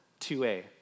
2A